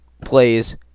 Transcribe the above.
plays